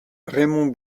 raymond